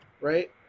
right